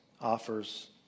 offers